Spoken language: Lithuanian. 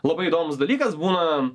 labai įdomus dalykas būna